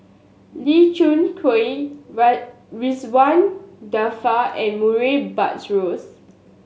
Lee Khoon Choy Ridzwan Dzafir and Murray Buttrose